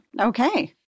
Okay